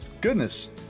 Goodness